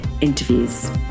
interviews